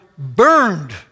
burned